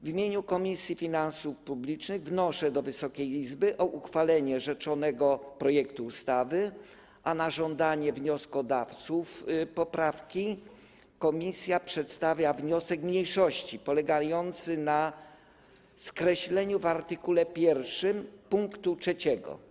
W imieniu Komisji Finansów Publicznych wnoszę do Wysokiej Izby o uchwalenie rzeczonego projektu ustawy, a na żądanie wnioskodawców poprawki komisja przedstawia wniosek mniejszości polegający na skreśleniu w art. 1 pkt 3.